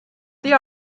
die